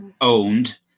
owned